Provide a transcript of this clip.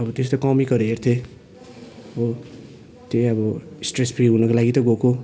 अब त्यस्तो कमिकहरू हेर्थेँ हो त्यही अब स्ट्रेस फ्री हुनुको लागि त गएको